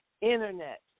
Internet